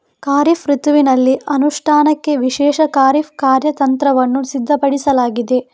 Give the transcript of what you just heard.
ಖಾರಿಫ್ ಋತುವಿನಲ್ಲಿ ಅನುಷ್ಠಾನಕ್ಕೆ ವಿಶೇಷ ಖಾರಿಫ್ ಕಾರ್ಯತಂತ್ರವನ್ನು ಸಿದ್ಧಪಡಿಸಲಾಗಿದೆ